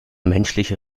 menschliche